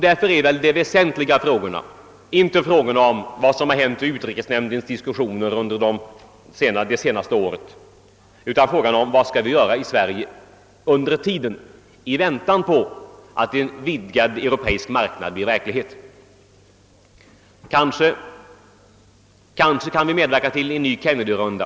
Därför är de väsentliga frågorna inte vad som hänt vid utrikesnämndens överläggningar under det senaste året, utan vad vi skall göra här i Sverige under tiden medan vi väntar på att en vidgad europeisk marknad blir verklighet. Vi kanske kan medverka i en ny Kennedyrond.